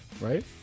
right